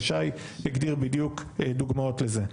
ושי הגדיר בדיוק דוגמאות לזה.